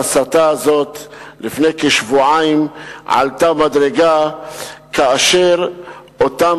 ההסתה הזאת עלתה מדרגה לפני כשבועיים כאשר אותם